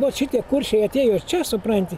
vot šitie kuršiai atėjo čia supranti